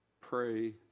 Pray